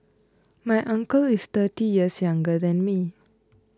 my uncle is thirty years younger than me